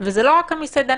וזה לא רק המסעדנים;